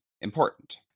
important